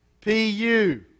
P-U